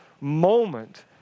moment